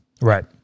Right